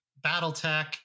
Battletech